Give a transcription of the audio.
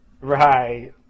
right